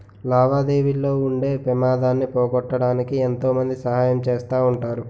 లావాదేవీల్లో ఉండే పెమాదాన్ని పోగొట్టడానికి ఎంతో మంది సహాయం చేస్తా ఉంటారు